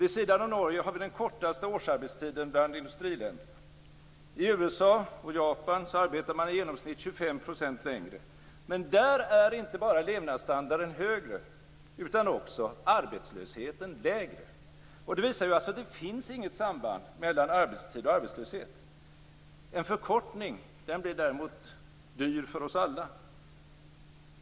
Vid sidan av Norge har vi den kortaste årsarbetstiden bland industriländerna. I USA och Japan arbetar man i genomsnitt 25 % längre. Men där är inte bara levnadsstandarden högre utan också arbetslösheten lägre. Det visar ju att det inte finns något samband mellan arbetstid och arbetslöshet.